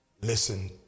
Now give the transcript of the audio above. Listen